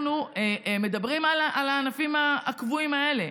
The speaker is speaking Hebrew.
אנחנו מדברים על הענפים הקבועים האלה,